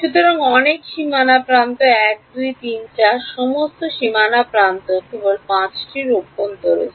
সুতরাং অনেক সীমানা প্রান্ত 1 2 3 এবং 4 সমস্ত সীমানা প্রান্ত কেবল 5 টি অভ্যন্তরস্থ